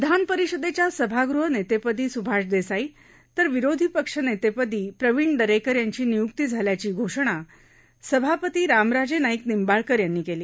विधानपरिषदेच्या सभागृह नेतेपदी सुभाष देसाई तर विरोधी पक्षनेते पदी प्रवीण दरेकर यांची नियुक्ती झाल्याची घोषणा सभापती रामराजे नाईक निंबाळकर यांनी केली